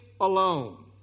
alone